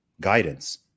guidance